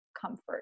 Comfort